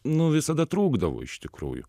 nu visada trūkdavo iš tikrųjų